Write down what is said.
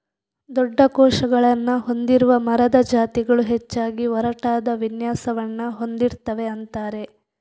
ದೊಡ್ಡ ಕೋಶಗಳನ್ನ ಹೊಂದಿರುವ ಮರದ ಜಾತಿಗಳು ಹೆಚ್ಚಾಗಿ ಒರಟಾದ ವಿನ್ಯಾಸವನ್ನ ಹೊಂದಿರ್ತವೆ ಅಂತಾರೆ